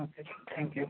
okay thank you